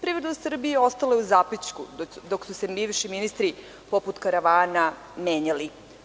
Privreda Srbije ostala je u zapećku dok su se bivši ministri, poput karavana menjali.